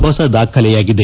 ಹೊಸ ದಾಖಲೆಯಾಗಿದೆ